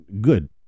good